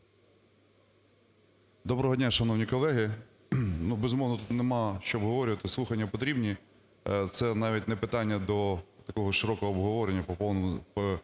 Доброго дня, шановні колеги! Ну, безумовно, тут нема що обговорювати, слухання потрібні. Це навіть не питання до такого широкого обговорення по процедурі.